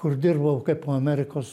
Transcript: kur dirbau kaipo amerikos